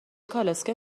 کالسکه